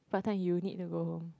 what time you need to go home